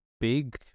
big